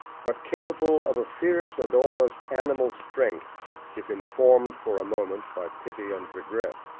but capable of a fierce and almost animal strength if informed for a moment by pity and regret.